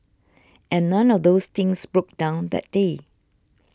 and none of those things broke down that day